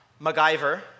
MacGyver